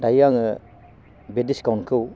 दायो आङो बे डिसकाउन्टखौ